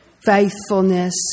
faithfulness